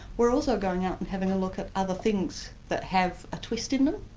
we're also going out and having a look at other things that have a twist in them.